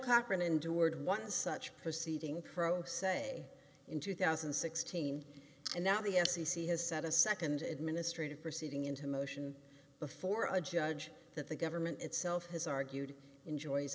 cochran endured one such proceeding pro se in two thousand and sixteen and now the f c c has set a nd administrative proceeding into motion before a judge that the government itself has argued enjoys